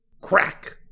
Crack